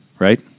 Right